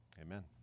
Amen